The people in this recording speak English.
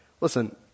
listen